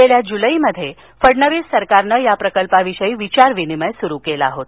गेल्या जूलैमध्ये फडणवीस सरकारनं या प्रकल्पाविषयी विचारविनिमय सूरु केलं होता